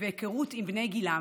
והיכרות עם בני גילם,